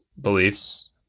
beliefs